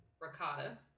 ricotta